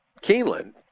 Keeneland